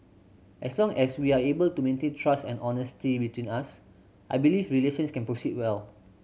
as long as we are able to maintain trust and honesty between us I believe relations can proceed well